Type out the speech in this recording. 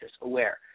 aware